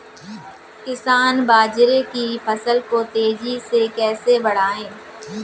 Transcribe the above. किसान बाजरे की फसल को तेजी से कैसे बढ़ाएँ?